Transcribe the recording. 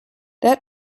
that